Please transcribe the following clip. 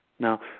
Now